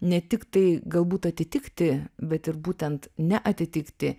ne tiktai galbūt atitikti bet ir būtent neatitikti